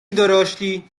dorośli